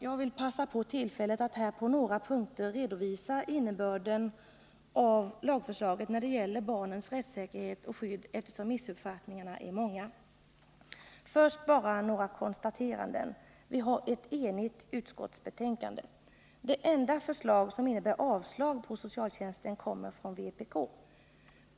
Jag vill passa på tillfället att här på några punkter redovisa innebörden av lagförslaget när det gäller barnens rättssäkerhet och skydd, eftersom missuppfattningarna är många. Först bara några konstateranden: Vi har ett enhälligt utskottsbetänkande. Det enda förslag som innebär avslag på LVU kommer från vpk.